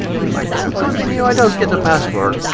if i don't continue, i don't get a password.